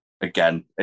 Again